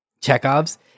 Chekhov's